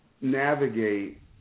navigate